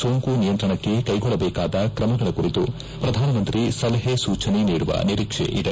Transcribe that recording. ಸೋಂಕು ನಿಯಂತ್ರಣಕ್ಕೆ ಕೈಗೊಳ್ಳಬೇಕಾದ ಕ್ರಮಗಳ ಕುರಿತು ಪ್ರಧಾನಮಂತ್ರಿ ಸಲಹೆ ಸೂಚನೆ ನೀಡುವ ನಿರೀಕ್ಷೆ ಇದೆ